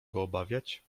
obawiać